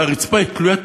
והרצפה היא תלוית תקרה,